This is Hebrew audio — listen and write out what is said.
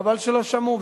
חבל שלא שמעו,